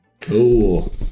Cool